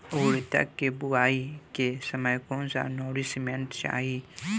उरद के बुआई के समय कौन नौरिश्मेंट चाही?